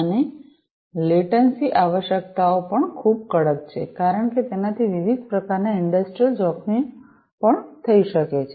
અને લેટન્સી આવશ્યકતાઓ પણ ખૂબ કડક છે કારણ કે તેનાથી વિવિધ પ્રકારના ઇંડસ્ટ્રિયલ જોખમો પણ થઈ શકે છે